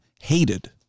hated